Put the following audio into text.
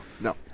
No